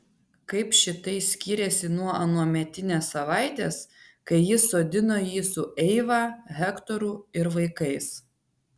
kaip šitai skyrėsi nuo anuometinės savaitės kai jis sodino jį su eiva hektoru ir vaikais